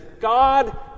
God